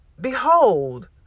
Behold